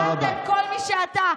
מכרת את כל מי שאתה.